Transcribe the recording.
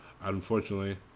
unfortunately